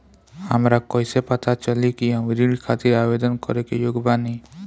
हमरा कईसे पता चली कि हम ऋण खातिर आवेदन करे के योग्य बानी?